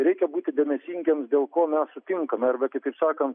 reikia būti dėmesingiems dėl ko mes sutinkame arba kitaip sakant